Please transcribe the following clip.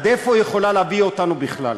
עד איפה היא יכולה להביא אותנו בכלל?